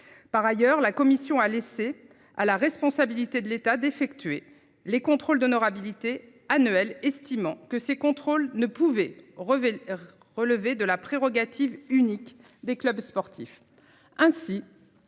Par ailleurs, la commission a laissé à la responsabilité de l'État d'effectuer les contrôles d'honorabilité annuel, estimant que ces contrôles ne pouvait rêver relevait de la prérogative unique des clubs sportifs